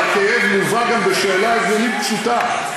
אבל הכאב מובא גם בשאלה הגיונית פשוטה: